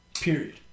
Period